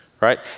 right